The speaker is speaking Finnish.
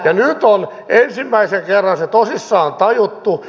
nyt on ensimmäisen kerran se tosissaan tajuttu